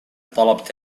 طلبت